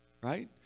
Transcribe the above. right